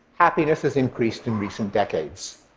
happiness has increased in recent decades.